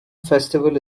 festival